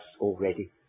already